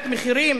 מחירים?